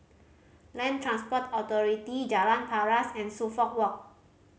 Land Transport Authority Jalan Paras and Suffolk Walk